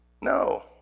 No